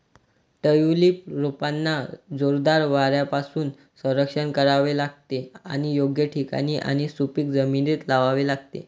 tulip रोपांना जोरदार वाऱ्यापासून संरक्षण करावे लागते आणि योग्य ठिकाणी आणि सुपीक जमिनीत लावावे लागते